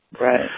right